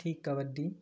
ठीक कबड्डी